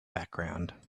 background